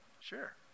sure